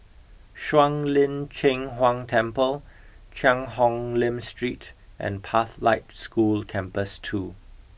Shuang Lin Cheng Huang Temple Cheang Hong Lim Street and Pathlight School Campus two